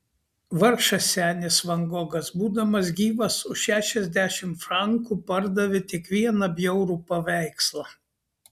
vargšas senis van gogas būdamas gyvas už šešiasdešimt frankų pardavė tik vieną bjaurų paveikslą